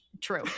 true